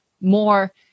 more